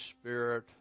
Spirit